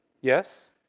yes